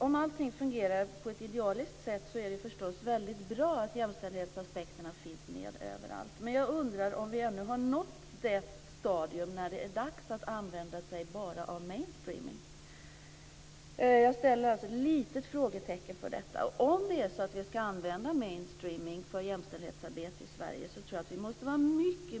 Om allting fungerar på ett idealiskt sätt är det förstås väldigt bra att jämställdetsaspekterna finns med överallt. Men jag undrar om vi ännu nått det stadium där det är dags att använda sig av bara mainstreaming. Jag ställer ett litet frågetecken där. Om vi ska använda mainstreaming för jämställdhetsarbetet i Sverige, måste vi vara